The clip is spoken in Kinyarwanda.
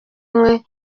umwe